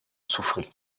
souffrit